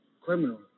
criminal